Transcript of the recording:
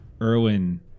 Erwin